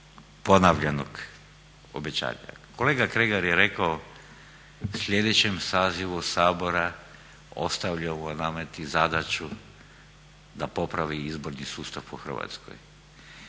ponavljanog obećanja. Kolega Kregar je rekao u sljedećem sazivu Sabora ostavlja … zadaću da popravi izborni sustav u Hrvatskoj.